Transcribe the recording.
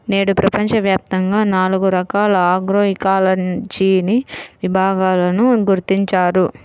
నేడు ప్రపంచవ్యాప్తంగా నాలుగు రకాల ఆగ్రోఇకాలజీని విభాగాలను గుర్తించారు